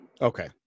okay